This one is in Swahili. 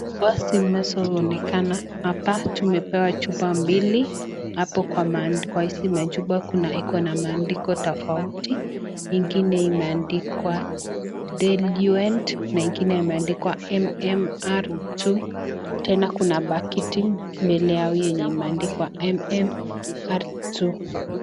Apa inaonekana. Hapa tumepewa chupa mbili. Hapo kwa hizi machupa kuna iko na maandiko tofauti. Ingine imeandikwa Diluent na ingine imeandikwa MMR2. Tena kuna pakiti mbele yao yenye imeandikwa MMR2.